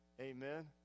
Amen